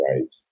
Right